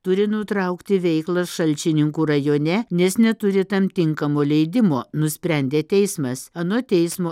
turi nutraukti veiklą šalčininkų rajone nes neturi tam tinkamo leidimo nusprendė teismas anot teismo